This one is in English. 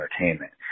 entertainment